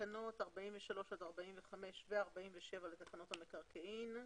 תקנות 43 עד 45 ו-47 לתקנות המקרקעין.